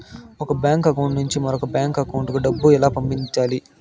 ఒక bank account నుంచి మరొక బ్యాంకు అకౌంట్ కు డబ్బు ఎలా పంపాలి